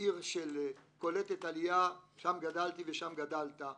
עיר קולטת עלייה, שם גדלתי ושם גדלת,